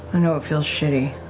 i know it feels shitty.